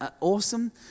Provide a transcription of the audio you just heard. awesome